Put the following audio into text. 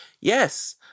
Yes